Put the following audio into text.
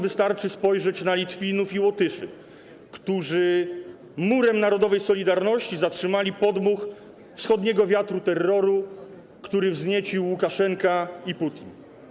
Wystarczy spojrzeć na Litwinów i Łotyszy, którzy murem narodowej solidarności zatrzymali podmuch wschodniego wiatru terroru, który wzniecili Łukaszenka i Putin.